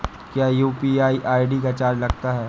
क्या UPI ID का charge लगता है?